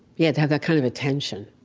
yeah to have that kind of attention.